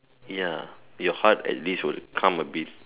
ya your heart at least will calm a bit